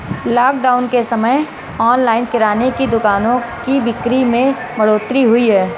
lockdown के समय online किराने की दुकानों की बिक्री में बढ़ोतरी हुई है